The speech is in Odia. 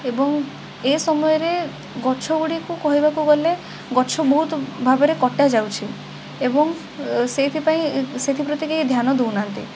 ଏବଂ ଏ ସମୟରେ ଗଛଗୁଡ଼ିକୁ କହିବାକୁ ଗଲେ ଗଛ ବହୁତ ଭାବରେ କଟା ଯାଉଛି ଏବଂ ସେଇଥିପାଇଁ ସେଥିପ୍ରତି କେହି ଧ୍ୟାନ ଦଉନାହାଁନ୍ତି